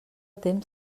temps